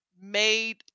made